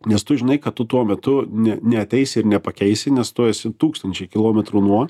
nes tu žinai kad tu tuo metu ne neateisi ir nepakeisi nes tu esi tūkstančiai kilometrų nuo